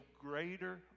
greater